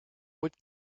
what